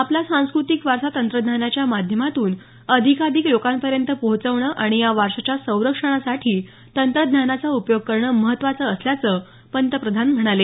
आपला सांस्कृतिक वारसा तंत्रज्ञानाच्या माध्यमातून अधिकाधिक लोकांपर्यंत पोहचवणं आणि या वारशाच्या संरक्षणासाठी तंत्रज्ञानाचा उपयोग करणं महत्वाचं असल्याचं पंतप्रधान म्हणाले